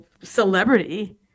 celebrity